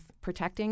protecting